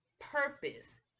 purpose